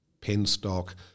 penstock